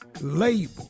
label